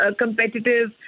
competitive